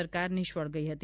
સરકાર નિષ્ફળ ગઇ હતી